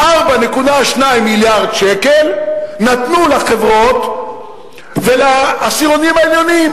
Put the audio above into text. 4.2 מיליארד שקל נתנו לחברות ולעשירונים העליונים,